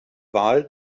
wahl